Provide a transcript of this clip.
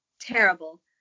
terrible